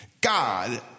God